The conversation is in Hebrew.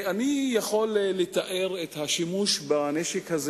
אני יכול לתאר את השימוש בנשק הזה